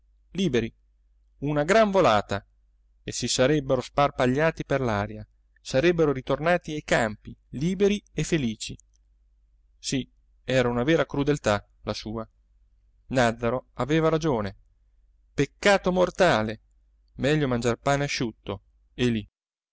liberi una gran volata e si sarebbero sparpagliati per l'aria sarebbero ritornati ai campi liberi e felici sì era una vera crudeltà la sua nàzzaro aveva ragione peccato mortale meglio mangiar pane asciutto e lì